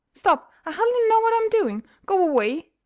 stop! i hardly know what i am doing. go away!